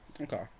okay